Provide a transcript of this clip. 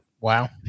Wow